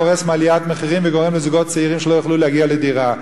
הקורס מעליית מחירים וגורם לזוגות צעירים שלא יוכלו להגיע לדירה.